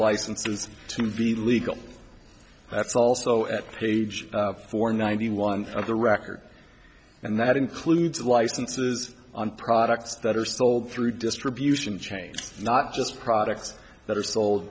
licenses to be legal that's also at page four ninety one of the record and that includes licenses on products that are sold through distribution chain not just products that are sold